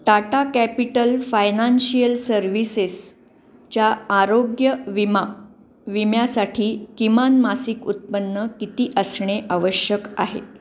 Tata Capital Financial Services च्या आरोग्य विमा विम्यासाठी किमान मासिक उत्पन्न किती असणे आवश्यक आहे